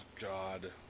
God